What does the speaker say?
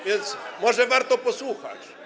A więc może warto posłuchać.